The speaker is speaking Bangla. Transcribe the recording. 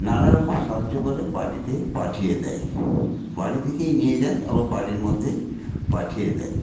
নানা রকম সাহায্য করে বাড়িতে পাঠিয়ে দেয় বাড়ি থেকেই নিয়ে যায় আবার বাড়ির মধ্যে পাঠিয়ে দেয়